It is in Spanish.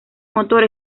motor